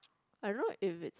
I don't know if it's